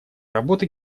работы